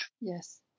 Yes